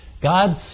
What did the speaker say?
God